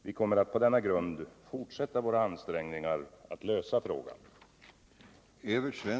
Vi kommer att på denna grund fortsätta våra ansträngningar att lösa frågan.